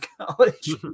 college